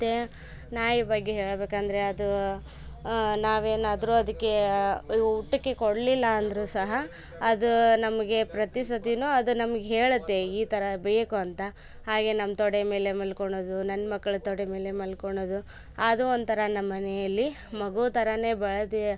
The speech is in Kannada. ಮತ್ತೆ ನಾಯಿ ಬಗ್ಗೆ ಹೇಳಬೇಕಂದ್ರೆ ಅದು ನಾವೇನಾದ್ರು ಅದಕ್ಕೆ ಊಟಕ್ಕೆ ಕೊಡಲಿಲ್ಲ ಅಂದರು ಸಹ ಅದು ನಮಗೆ ಪ್ರತಿ ಸತಿ ಅದು ನಮ್ಗೆ ಹೇಳುತ್ತೆ ಈ ಥರ ಬೇಕು ಅಂತ ಹಾಗೆ ನಮ್ಮ ತೊಡೆ ಮೇಲೆ ಮಲ್ಕೊಳೋದು ನನ್ನ ಮಕ್ಳು ತೊಡೆ ಮೇಲೆ ಮಲ್ಕೊಳೋದು ಅದು ಒಂಥರ ನಮ್ಮನೆಯಲ್ಲಿ ಮಗು ಥರ ಬೆಳ್ದು